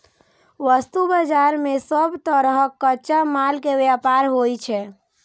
वस्तु बाजार मे सब तरहक कच्चा माल के व्यापार होइ छै